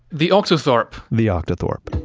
the octothorpe the octothorpe